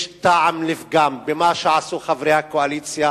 יש טעם לפגם במה שעשו חברי הקואליציה,